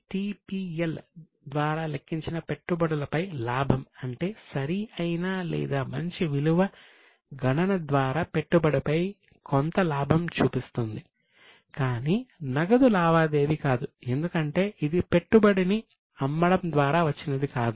FVTPL ద్వారా లెక్కించిన పెట్టుబడులపై లాభం అంటే సరి అయిన లేదా మంచి విలువ గణన ద్వారా పెట్టుబడి పై కొంత లాభం చూపిస్తుంది కాని నగదు లావాదేవీ కాదు ఎందుకంటే ఇది పెట్టుబడిని అమ్మడం ద్వారా వచ్చినది కాదు